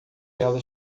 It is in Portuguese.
ela